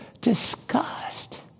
disgust